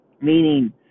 meaning